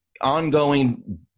ongoing